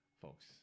folks